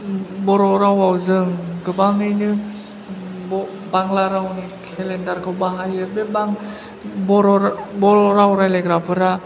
बर' रावाव जों गोबाङैनो बांला रावनि केलेन्डारखौ बाहायो बे बां बर' राव बर' राव रायलायग्राफोरा